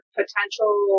potential